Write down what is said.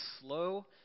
slow